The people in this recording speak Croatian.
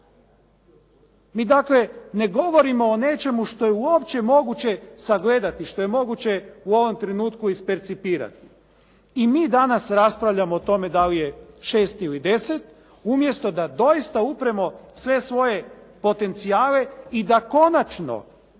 Mi dakle ne govorimo o nečemu što je uopće moguće sagledati, što je moguće u ovom trenutku ispercipirati. I mi danas raspravljamo o tome da li je 6 ili 10, umjesto da dosita upremo sve svoje potencijale i da konačno